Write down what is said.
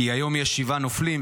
כי היום יש שבעה נופלים,